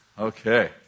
Okay